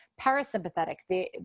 parasympathetic